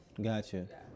Gotcha